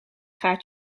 gaat